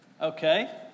Okay